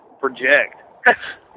project